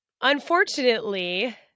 Unfortunately